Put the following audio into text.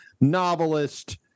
novelist